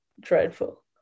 dreadful